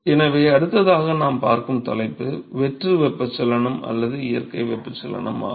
எனவே அடுத்ததாக நாம் பார்க்கும் தலைப்பு வெற்று வெப்பச்சலனம் அல்லது இயற்கை வெப்பச்சலனம் ஆகும்